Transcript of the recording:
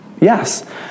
Yes